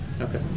Okay